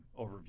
overview